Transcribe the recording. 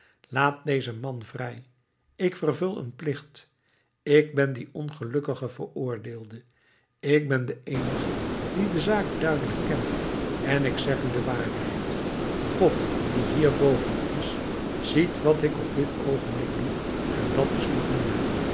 laat dezen man vrij ik vervul een plicht ik ben die ongelukkige veroordeelde ik ben de eenige die de zaak duidelijk ken en ik zeg u de waarheid god die hier boven is ziet wat ik op dit oogenblik doe en dat is voldoende